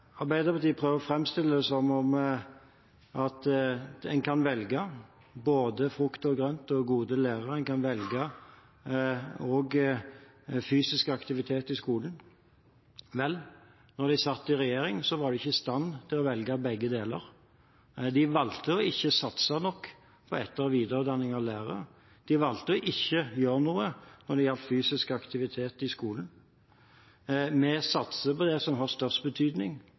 Arbeiderpartiet prøver å framstille det som om en kan velge både frukt og grønt og gode lærere og også fysisk aktivitet i skolen. Vel, da de satt i regjering, var de ikke i stand til å velge begge deler. De valgte å ikke satse nok på etter- og videreutdanning av lærere. De valgte å ikke gjøre noe når det gjaldt fysisk aktivitet i skolen. Vi satser på det som har størst betydning